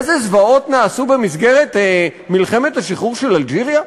איזה זוועות נעשו במסגרת מלחמת השחרור של אלג'יריה?